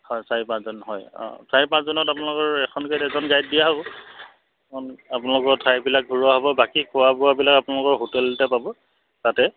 হয় চাৰি পাঁচজন হয় অঁ চাৰি পাঁচজনত আপোনালোকৰ এখন গাড়ীত এজন গাইড দিয়া হ'ব আপ আপোনালোকৰ ঠাইবিলাক ঘূৰোৱা হ'ব বাকী খোৱা বোৱাবিলাক আপোনালোকৰ হোটেলতে পাব তাতে